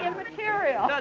material!